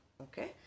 Okay